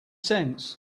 sense